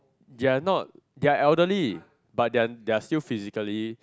they are not they are elderly but they are they are still physically